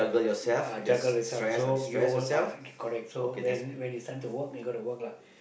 uh juggle itself so you will uh correct so when when it's time to work you go to work lah